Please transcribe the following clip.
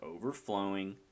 overflowing